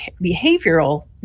behavioral